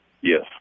Yes